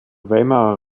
weimarer